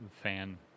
Fan